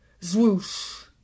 Zwoosh